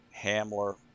Hamler